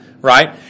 Right